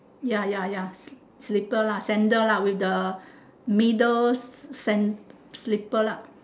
ya ya ya slipper lah sandal lah with the middle sa~ sand~ slipper lah